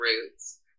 roots